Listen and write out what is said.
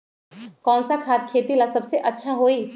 कौन सा खाद खेती ला सबसे अच्छा होई?